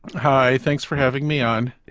hi, thanks for having me on.